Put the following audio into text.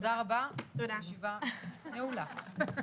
תודה רבה, הישיבה נעולה.